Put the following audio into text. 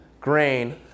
grain